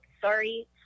sorry